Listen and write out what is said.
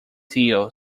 deal